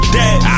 dead